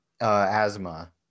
asthma